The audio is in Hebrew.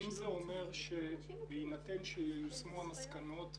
האם זה אומר שבהינתן שייושמו המסקנות,